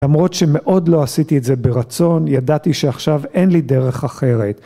למרות שמאוד לא עשיתי את זה ברצון, ידעתי שעכשיו אין לי דרך אחרת.